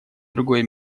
другой